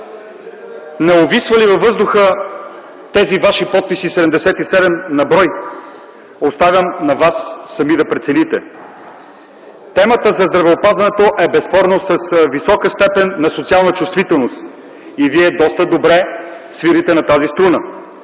Не увисват ли във въздуха тези ваши подписи – 77 на брой – оставям на вас сами да го прецените?! Темата за здравеопазването е безспорно с висока степен на социална чувствителност и вие доста добре свирите на тази струна.